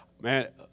man